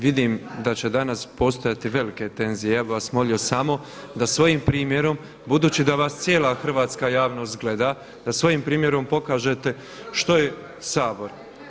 Vidim da će danas postojati velike tenzije, ja bih vas molio samo da svojim primjerom, budući da vas cijela hrvatska javnost gleda, da svojim primjerom pokažete što je Sabor.